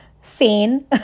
sane